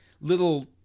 little